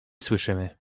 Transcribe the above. słyszymy